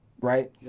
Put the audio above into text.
right